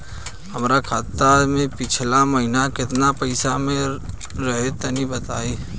हमरा खाता मे पिछला महीना केतना पईसा रहे तनि बताई?